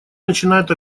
начинают